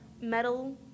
metal